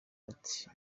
ati